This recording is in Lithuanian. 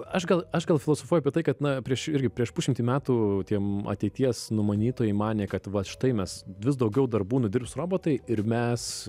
aš gal aš gal filosofuoju apie tai kad na prieš irgi prieš pusšimtį metų tiem ateities numanytojai manė kad va štai mes vis daugiau darbų nudirbs robotai ir mes